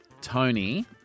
Tony